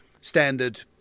standard